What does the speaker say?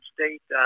State